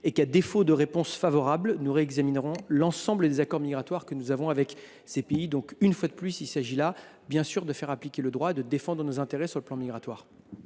et que, à défaut d’une réponse favorable, nous réexaminerions l’ensemble des accords migratoires que nous avons avec ce pays. Il s’agit simplement de faire appliquer le droit et de défendre nos intérêts sur le plan migratoire.